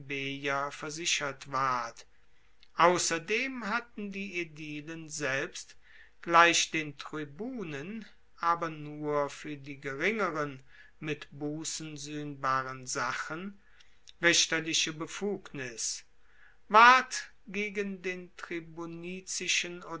plebejer versichert ward ausserdem hatten die aedilen selbst gleich den tribunen aber nur fuer die geringeren mit bussen suehnbaren sachen richterliche befugnis ward gegen den